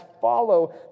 follow